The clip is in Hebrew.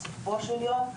בסופו של יום,